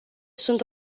sunt